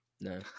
no